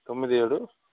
తొమ్మిది ఏడు